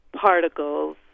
particles